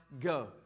go